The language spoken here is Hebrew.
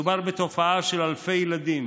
מדובר בתופעה של אלפי ילדים